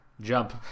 jump